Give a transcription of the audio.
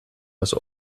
was